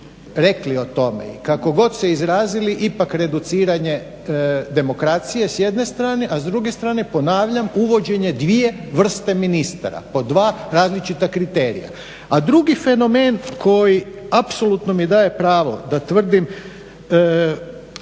rekli o tome i kako god se izrazili ipak reduciranje demokracije s jedne strane, a s druge strane ponavljam uvođenje dvije vrste ministara po dva različita kriterija. A drugi fenomen koji apsolutno mi daje pravo da tvrdim